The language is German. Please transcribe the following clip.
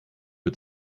für